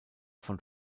von